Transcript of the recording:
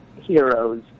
heroes